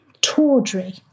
tawdry